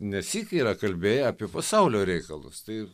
nesyk yra kalbėję apie pasaulio reikalus tai